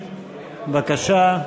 בבקשה,